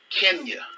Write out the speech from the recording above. Kenya